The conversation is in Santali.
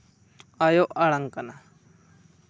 ᱟᱭᱳ ᱟᱲᱟᱝ ᱠᱟᱱᱟ